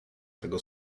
tego